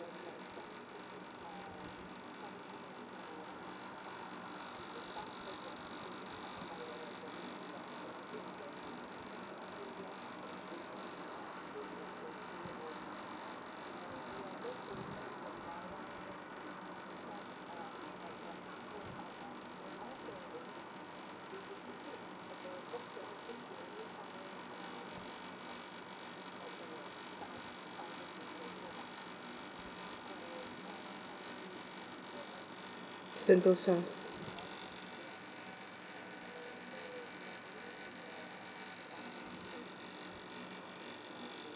sentosa